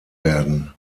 werden